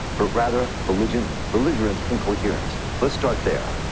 but rather, belligerent belligerent incoherence. let's start there.